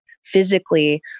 physically